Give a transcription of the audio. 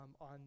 on